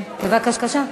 בבקשה.